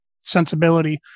sensibility